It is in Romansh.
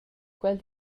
quel